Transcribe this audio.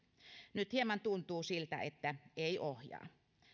nyt hieman tuntuu siltä että ei ohjaa